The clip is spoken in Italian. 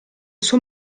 suo